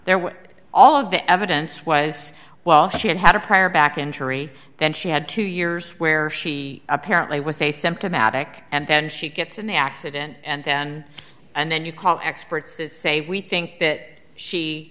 what all of the evidence was well she had had a prior back injury then she had two years where she apparently was a symptomatic and then she gets in the accident and then and then you call experts that say we think that she